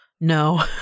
no